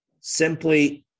simply –